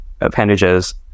appendages